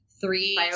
three